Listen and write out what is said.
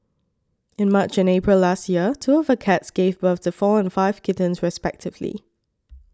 in March and April last year two of her cats gave birth to four and five kittens respectively